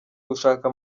gushaka